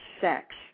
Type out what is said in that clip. sex